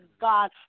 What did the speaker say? God